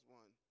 one